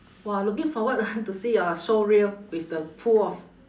!wah! looking forward ah to see your showreel with the pool of